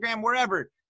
wherever